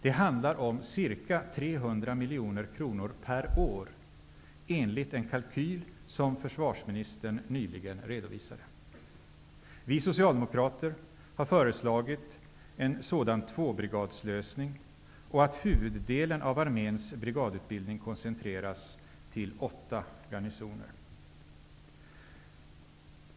Det handlar om ca 300 miljoner kronor per år enligt en kalkyl som försvarsministern nyligen redovisade. Vi socialdemokrater har föreslagit en sådan tvåbrigadslösning och att huvuddelen av arméns brigadutbildning koncentreras till åtta garnisioner.